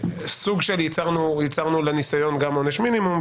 שייצרנו לניסיון גם עונש מינימום,